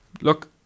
Look